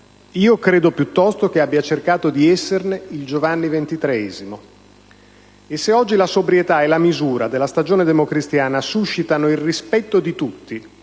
io credo piuttosto che abbia cercato di esserne il Giovanni XXIII. Se oggi la sobrietà e la misura della stagione democristiana suscitano il rispetto di tutti